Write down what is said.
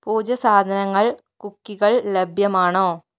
പൂജാ സാധനങ്ങൾ കുക്കികൾ ലഭ്യമാണോ